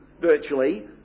virtually